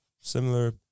similar